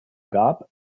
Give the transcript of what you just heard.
gab